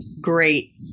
Great